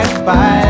Bye